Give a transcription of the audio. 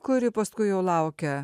kuri paskui jau laukia